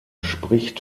spricht